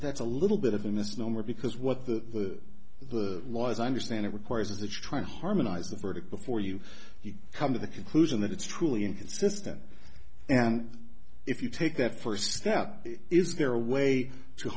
that's a little bit of a misnomer because what the the law as i understand it requires that you try to harmonize the verdict before you come to the conclusion that it's truly inconsistent and if you take that first step is there a way to